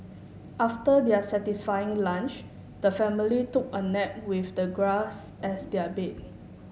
after their satisfying lunch the family took a nap with the grass as their bed